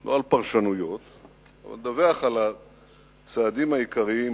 לא על פרשנויות אבל לדווח על הצעדים העיקריים